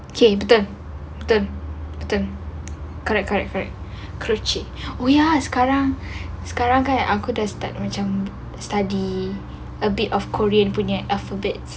okay betul betul betul correct correct correct wait ya sekarang sekarang kan aku dah start macam study a bit of korean punya alphabets